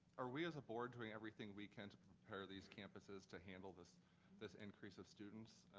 are we as a board doing everything we can to prepare these campuses to handle this this increase of students?